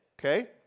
okay